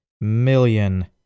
million